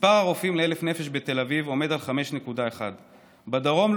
מספר הרופאים ל-1,000 נפש בתל אביב עומד על 5.1. בדרום,